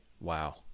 Wow